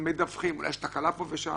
יש תקלה פה ושם,